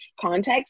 context